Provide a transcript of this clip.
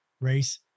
race